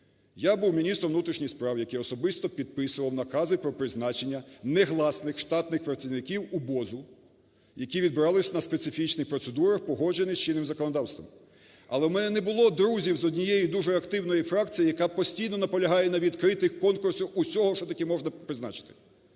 Я був міністром внутрішніх справ, який особисто підписував накази про призначення негласних штатних працівників УБОЗу, які відбирались на специфічних процедурах, погоджених з чинним законодавством. Але в мене не було друзів з однієї дуже активної фракції, яка постійно наполягає на відкритих конкурсах усього, що тільки можна призначити.